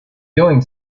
doing